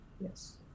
Yes